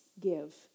give